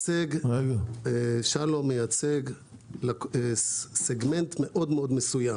שלום מייצג סגמנט מאוד מסוים